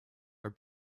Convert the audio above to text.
her